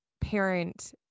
parent